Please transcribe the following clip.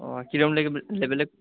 ও আর কীরম লেবেলের লেবেলের